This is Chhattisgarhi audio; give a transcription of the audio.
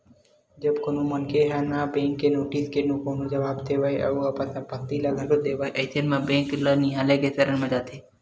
जब कोनो मनखे ह ना ही बेंक के नोटिस के कोनो जवाब देवय अउ अपन संपत्ति ल घलो नइ देवय अइसन म बेंक ल नियालय के सरन म जाथे